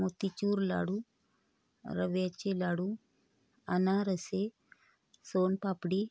मोतीचूर लाडू रव्याचे लाडू अनारसे सोन पापडी